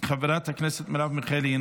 חברת הכנסת מרב מיכאלי,